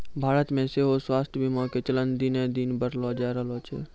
भारतो मे सेहो स्वास्थ्य बीमा के चलन दिने दिन बढ़ले जाय रहलो छै